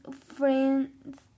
friends